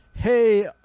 Hey